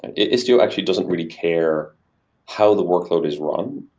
and istio actually doesn't really care how the workload is run,